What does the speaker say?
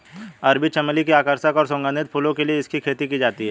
अरबी चमली की आकर्षक और सुगंधित फूलों के लिए इसकी खेती की जाती है